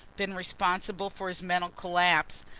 been responsible for his mental collapse,